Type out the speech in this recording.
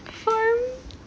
farm